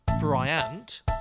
Bryant